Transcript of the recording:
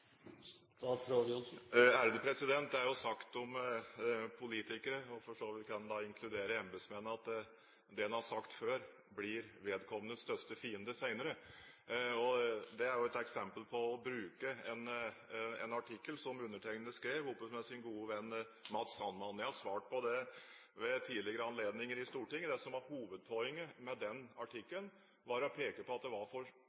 Det er sagt om politikere, og for så vidt kan det da inkludere embetsmenn, at det en har sagt før, blir vedkommendes største fiende senere. Dette er et eksempel der man bruker en artikkel som undertegnede skrev sammen med sin gode venn Matz Sandman. Jeg har svart på det ved tidligere anledninger i Stortinget. Det som var hovedpoenget med den artikkelen, var å peke på at det var for